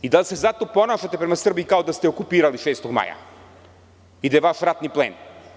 Da li se zato ponašate prema Srbiji kao da ste je okupirali 6. maja i da je vaš ratni plen?